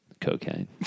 cocaine